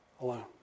alone